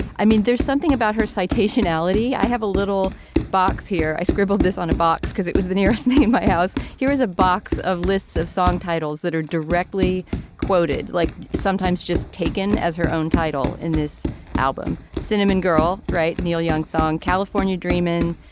i mean there's something about her citation reality. i have a little box here i scribbled this on a box because it was the nearest thing in my house. here is a box of lists of song titles that are directly quoted. like sometimes just taken as her own title in this album cinnamon girl right. neil young song california dreamin.